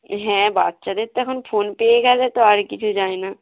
হ্যাঁ বাচ্চাদের তো এখন ফোন পেয়ে গেলে তো আর কিছু চাই না